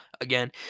again